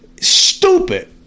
stupid